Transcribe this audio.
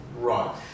Right